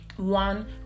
One